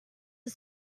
are